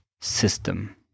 system